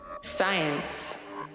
science